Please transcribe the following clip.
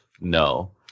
No